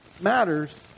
matters